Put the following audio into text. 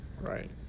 Right